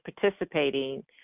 participating